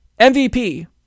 MVP